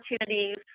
opportunities